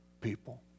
people